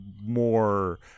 more